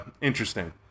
interesting